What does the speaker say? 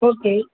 okay